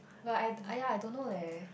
but I yea I don't know leh